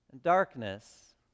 darkness